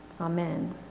Amen